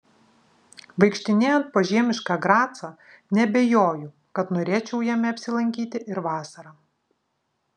vaikštinėjant po žiemišką gracą neabejoju kad norėčiau jame apsilankyti ir vasarą